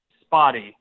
spotty